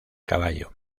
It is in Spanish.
caballo